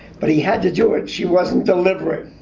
but he had to do it, she wasn't delivering.